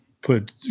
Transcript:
put